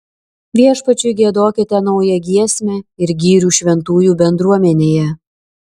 viešpačiui giedokite naują giesmę ir gyrių šventųjų bendruomenėje